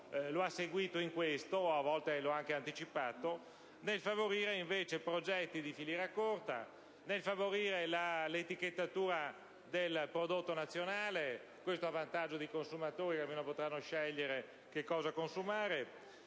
lo ha seguito sia in questo (a volte lo ha anche anticipato), sia nel favorire progetti di filiera corta nonché l'etichettatura del prodotto nazionale, a vantaggio dei consumatori, che almeno potranno scegliere cosa consumare.